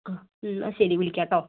ആ എന്നാൽ ശരി വിളിക്കാം കേട്ടോ